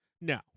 no